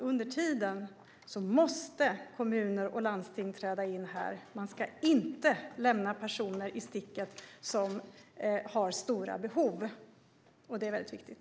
Under tiden måste dock kommuner och landsting träda in här. Man ska inte lämna personer som har stora behov i sticket. Det är väldigt viktigt.